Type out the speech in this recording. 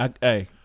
Hey